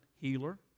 healer